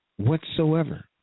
Whatsoever